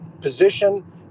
position